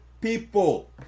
people